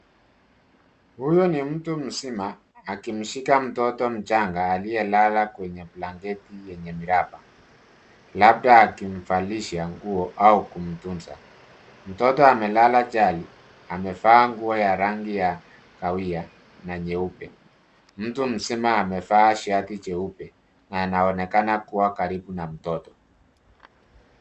Huyo ni mtu mzima akimshika mtoto mchanga aliye lala kwenye blanketi yenye miraba, labda akimvalisha nguo au kumtunza. Mtoto amelala chali na amevaa nguo ya rangi ya kahawia na nyeupe. Mtu mzima amevaa shati jeupe na anaonekana kuwa karibu na mtoto.